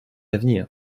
d’avenir